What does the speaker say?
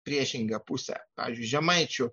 priešingą pusę pavyzdžiui žemaičių